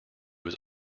was